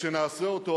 וכשנעשה אותו,